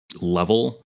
level